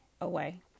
away